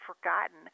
forgotten